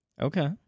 Okay